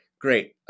great